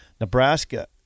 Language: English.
nebraska